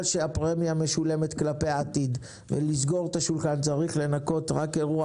שהפרמיה משולמת כלפי העתיד וכדי לסגור את השולחן צריך לנקות רק אירוע